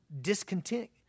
discontent